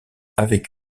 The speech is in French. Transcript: avec